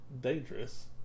dangerous